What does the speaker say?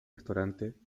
restaurante